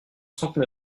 soixante